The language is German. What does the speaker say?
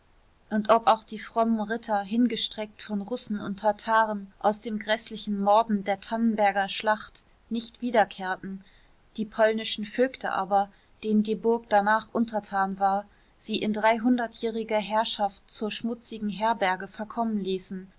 und ob auch die frommen ritter hingestreckt von russen und tartaren aus dem gräßlichen morden der tannenberger schlacht nicht wiederkehrten die polnischen vögte aber denen die burg danach untertan war sie in dreihundertjähriger herrschaft zur schmutzigen herberge verkommen ließen